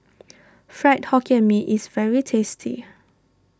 Fried Hokkien Mee is very tasty